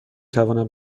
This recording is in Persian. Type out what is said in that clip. توانم